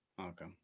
Okay